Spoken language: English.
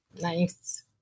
nice